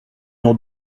n’en